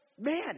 man